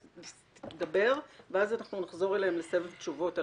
תכף תדבר ואז נחזור אליהם לסבב תשובות.